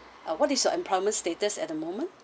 ah what is your employment status at the moment